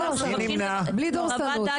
בלי דורסנות.